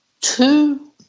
two